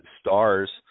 stars